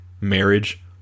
marriage